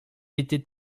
était